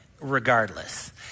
regardless